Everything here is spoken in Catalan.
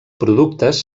productes